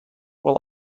will